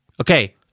Okay